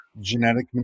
genetic